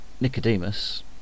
Nicodemus